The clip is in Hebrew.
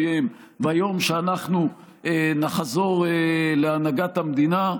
פיהם ביום שאנחנו נחזור להנהגת המדינה.